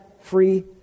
free